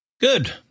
Good